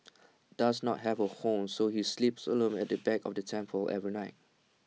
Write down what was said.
does not have A home so he sleeps alone at the back of the temple every night